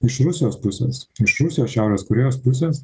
iš rusijos pusės iš rusijos šiaurės korėjos pusės